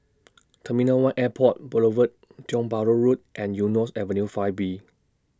Terminal one Airport Boulevard Tiong Bahru Road and Eunos Avenue five B